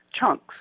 chunks